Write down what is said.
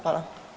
Hvala.